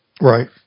Right